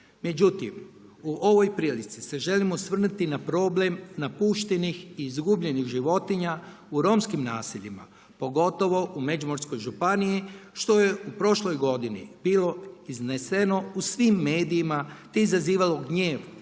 Međutim, u ovoj prilici se želim osvrnuti na problem napuštenih i izgubljenih životinja u romskim naseljima pogotovo u Međimurskoj županiji što je u prošloj godini bilo izneseno u svim medijima te je izazivalo gnjev